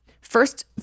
First